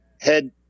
head